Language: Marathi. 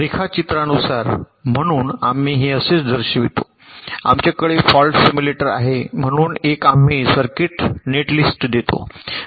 रेखाचित्रानुसार म्हणून आम्ही हे असेच दर्शवितो आमच्याकडे फॉल्ट सिम्युलेटर आहे म्हणून एक आम्ही सर्किट नेटलिस्ट देतो